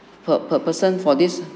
per per person for this